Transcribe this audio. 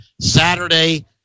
Saturday